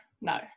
no